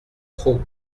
trop